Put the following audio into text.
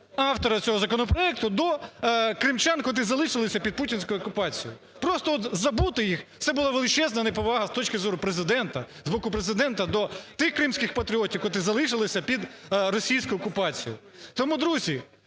автора цього законопроекту до кримчан, котрі залишилася під путінською окупацією. Просто забути їх, це була величезна неповага, з точки зору, Президента, з боку Президента до тих кримських патріотів, котрі залишилися під російською окупацією. Тому друзі,